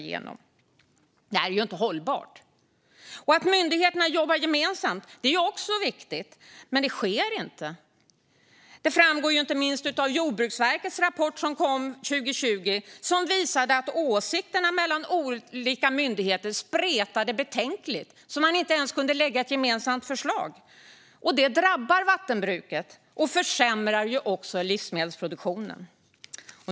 Detta är inte hållbart. Att myndigheterna jobbar gemensamt är också viktigt. Men det sker inte. Detta framgår inte minst av Jordbruksverkets rapport från 2020, som visade att åsikterna mellan olika myndigheter spretade så betänkligt att man inte ens kunde lägga fram ett gemensamt förslag. Det drabbar vattenbruket och försämrar också livsmedelsproduktionen.